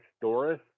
Doris